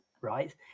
right